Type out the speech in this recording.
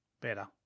better